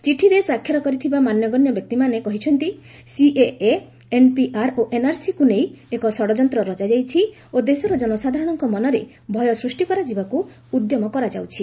ଚିଠିରେ ସ୍ୱାକ୍ଷର କରିଥିବା ମାନ୍ୟଗଣ୍ୟ ବ୍ୟକ୍ତିମାନେ କହିଛନ୍ତି ସିଏଏ ଏନ୍ପିଆର୍ ଓ ଏନ୍ଆର୍ସିକୁ ନେଇ ଏକ ଷଡ଼ଯନ୍ତ୍ର ରଚାଯାଇଛି ଓ ଦେଶର ଜନସାଧାରଣଙ୍କ ମନରେ ଭୟ ସୂଷ୍ଟି କରାଯିବାକୁ ଉଦ୍ୟମ କରାଯାଉଛି